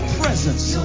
presence